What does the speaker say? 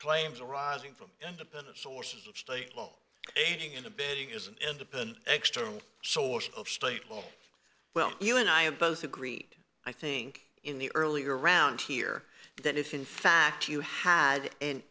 claims arising from independent sources of state law aiding and abetting is an independent external source of state law well you and i have both agreed i think in the earlier round here that if in fact you have an